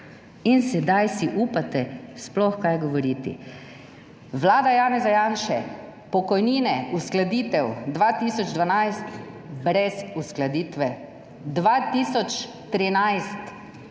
in sedaj si upate sploh kaj govoriti. Vlada Janeza Janše, pokojnine, uskladitev, 2012 brez uskladitve, 2013